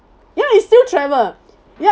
ya it's still travel ya